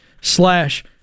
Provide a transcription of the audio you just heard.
slash